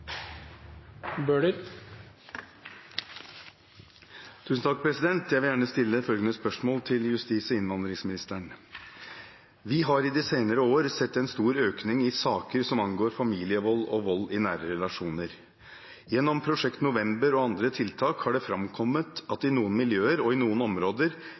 Jeg vil gjerne stille følgende spørsmål til justis- og innvandringsministeren: «Vi har i de senere år sett en stor økning i saker som angår familievold og vold i nære relasjoner. Gjennom prosjekt November og andre tiltak har det framkommet at i noen miljøer og i noen områder